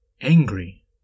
Angry